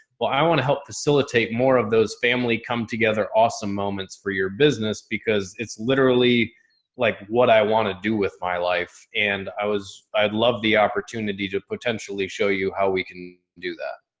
well i want to help facilitate more of those family come together. awesome moments for your business because it's literally like what i want to do with my life and i was, i'd love the opportunity to potentially show you how we can do that.